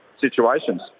situations